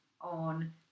on